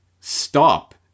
Stop